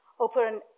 Open